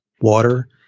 water